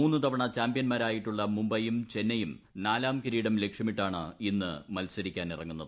മൂന്ന് തവണ ചാമ്പ്യൻമാരായിട്ടുള്ള മുംബൈയും ചെന്നൈയും നാലാം കിരീടം ലക്ഷ്യമിട്ടാണ് ഇന്ന് മൽസര്ടിക്കാനിറങ്ങുന്നത്